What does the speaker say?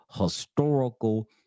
historical